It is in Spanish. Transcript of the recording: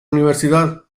universidad